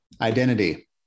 identity